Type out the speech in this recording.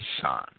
son